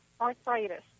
arthritis